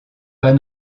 pas